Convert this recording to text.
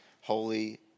holy